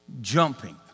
Jumping